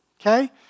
okay